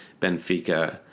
Benfica